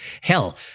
Hell